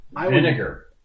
vinegar